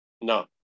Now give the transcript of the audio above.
No